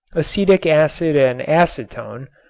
acetic acid and acetone,